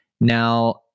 Now